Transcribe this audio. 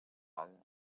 gall